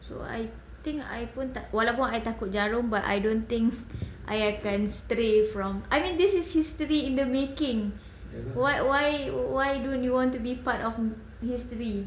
so I think I pun tak walaupun I takut jarum but I don't think I akan stray from I mean this is history in the making why why why don't you want to be part of history